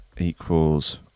equals